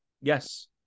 Yes